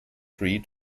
tree